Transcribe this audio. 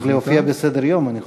זה צריך להופיע בסדר-יום, אני חושש.